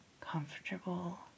comfortable